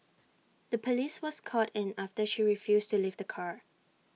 the Police was called in after she refused to leave the car